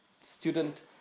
student